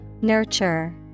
nurture